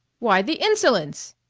why, the insolence!